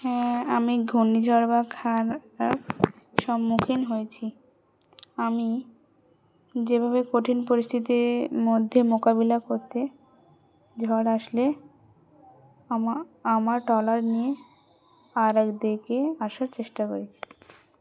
হ্যাঁ আমি ঘূর্ণি ঝড় বা খারার সম্মুখীন হয়েছি আমি যেভাবে কঠিন পরিস্থিতির মধ্যে মোকাবিলা করতে ঝড় আসলে আমা আমার ট্রলার নিয়ে আরে একদিকে আসার চেষ্টা করি